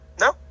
No